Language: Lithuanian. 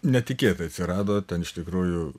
netikėtai atsirado ten iš tikrųjų